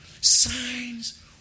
Signs